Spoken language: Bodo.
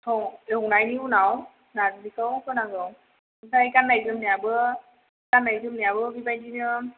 थावाव एवनायनि उनाव नार्जिखौ होनांगौ ओमफाय गाननाय जोमनायाबो गाननाय जोमनायाबो बेबायदिनो